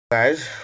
guys